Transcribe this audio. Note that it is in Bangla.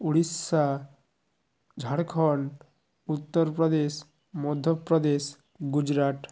উড়িষ্যা ঝাড়খন্ড উত্তরপ্রদেশ মধ্যপ্রদেশ গুজরাট